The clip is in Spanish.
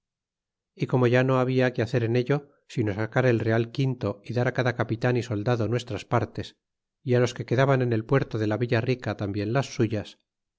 y como ya no habla que hacer en ello sino sacar el real quinto y dar á cada capitan y soldado nuestras partes é los que quedaban en el puerto de la villa rica tambien las suyas